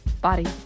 body